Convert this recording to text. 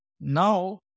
Now